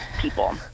people